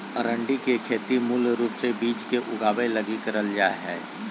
अरंडी के खेती मूल रूप से बिज के उगाबे लगी करल जा हइ